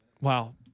Wow